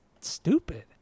stupid